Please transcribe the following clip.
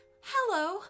hello